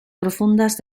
profundas